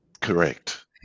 Correct